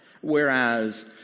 Whereas